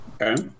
Okay